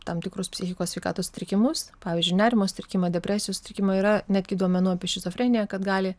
tam tikrus psichikos sveikatos sutrikimus pavyzdžiui nerimo sutrikimą depresijos sutrikimą yra netgi duomenų apie šizofreniją kad gali